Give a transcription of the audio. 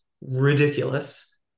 ridiculous